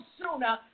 sooner